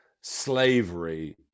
slavery